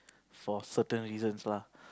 for certain reasons lah